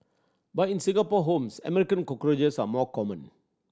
but in Singapore homes American cockroaches are more common